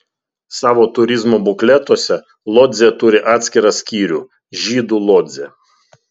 savo turizmo bukletuose lodzė turi atskirą skyrių žydų lodzė